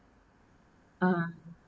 ah